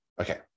Okay